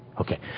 Okay